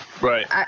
Right